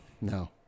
No